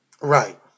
Right